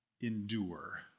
endure